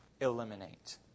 Eliminate